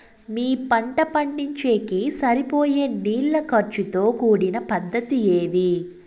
మీ పంట పండించేకి సరిపోయే నీళ్ల ఖర్చు తో కూడిన పద్ధతి ఏది?